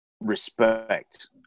respect